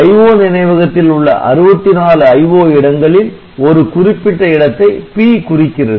IO நினைவகத்தில் உள்ள 64 IO இடங்களில் ஒரு குறிப்பிட்ட இடத்தை P குறிக்கிறது